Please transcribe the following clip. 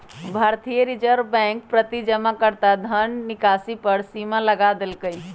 भारतीय reserve bank प्रति जमाकर्ता धन निकासी पर सीमा लगा देलकइ